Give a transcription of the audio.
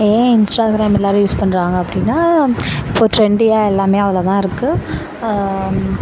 ஏன் இன்ஸ்டாகிராம் எல்லாரும் யூஸ் பண்றாங்க அப்படின்னா இப்போது ட்ரெண்டியாக எல்லாமே அதில் தான் இருக்குது